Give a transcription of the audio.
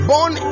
Born